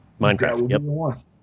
Minecraft